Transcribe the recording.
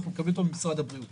אנחנו מקבלים אותו ממשרד הבריאות